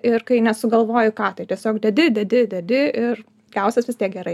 ir kai nesugalvoji ką tai tiesiog dedi dedi dedi ir gausis vis tiek gerai